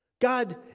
God